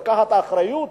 לוקחת אחריות